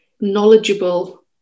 knowledgeable